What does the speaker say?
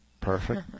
Perfect